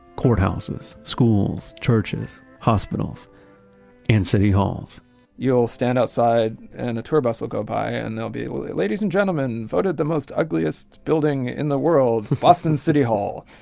courthouses, schools, churches, hospitals and city halls you'll stand outside and a tour bus will go by and there'll be ladies and gentlemen voted the most ugliest building in the world boston city hall.